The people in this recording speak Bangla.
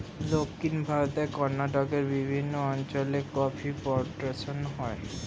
দক্ষিণ ভারতে কর্ণাটকের বিভিন্ন অঞ্চলে কফি প্লান্টেশন হয়